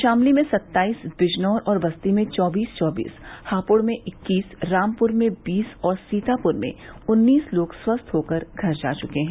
शामली में सत्ताईस बिजनौर व बस्ती में चौबीस चौबीस हापुड़ में इक्कीस रामपुर में बीस और सीतापुर में उन्नीस लोग स्वस्थ होकर घर जा चुके हैं